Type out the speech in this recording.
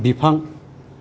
बिफां